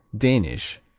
danish,